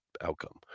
outcome